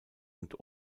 und